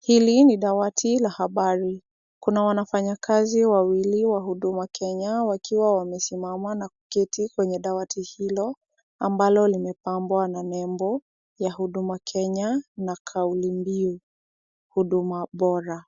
Hili ni dawati la habari, kuna wanafanyakazi wawili wa Huduma Kenya wakiwa wamesimama na kuketi kwenye dawati hilo, ambalo limepabwa na nembo ya Huduma Kenya na kauli mbiu, huduma bora.